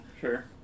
Sure